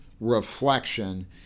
reflection